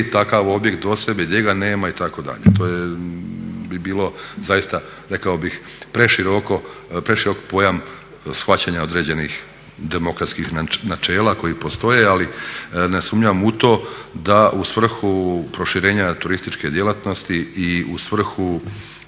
takav objekt do sebe, gdje ga nema itd. To bi bilo zaista rekao bih preširok pojam shvaćanja određenih demokratskih načela koji postoje ali ne sumnjam u to da u svrhu proširenja turističke djelatnosti, i u svrhu